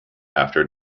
after